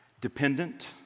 dependent